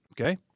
okay